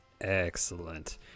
Excellent